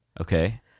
Okay